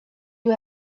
you